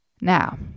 Now